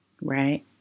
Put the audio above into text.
right